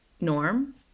norm